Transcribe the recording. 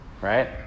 right